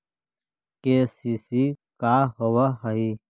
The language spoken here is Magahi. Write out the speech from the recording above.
के.सी.सी का होव हइ?